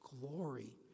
glory